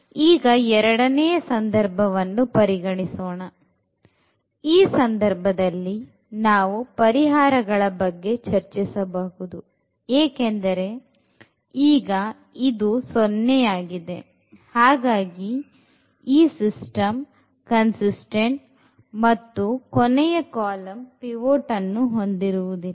ಈಗ ಎರಡನೇ ಸಂದರ್ಭವನ್ನು ಪರಿಗಣಿಸುವ ಈ ಸಂದರ್ಭದಲ್ಲಿ ನಾವು ಪರಿಹಾರಗಳ ಬಗ್ಗೆ ಚರ್ಚಿಸಬಹುದು ಏಕೆಂದರೆ ಈಗ ಇದು 0 ಆಗಿದೆ ಹಾಗಾಗಿ ಈ ಸಿಸ್ಟಮ್ ಕನ್ಸಿಸ್ತೆಂಟ್ ಮತ್ತು ಕೊನೆಯ ಕಾಲಂ pivotಅನ್ನು ಹೊಂದಿರುವುದಿಲ್ಲ